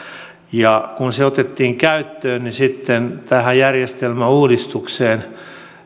kun se otettiin käyttöön niin tähän järjestelmäuudistukseen